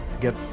get